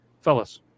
fellas